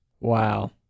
wow